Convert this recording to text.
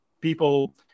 people